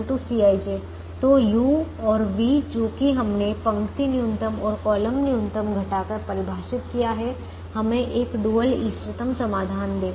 तो u और v जो कि हमने पंक्ति न्यूनतम और कॉलम न्यूनतम घटाकर परिभाषित किया है हमें एक डुअल इष्टतम समाधान देता है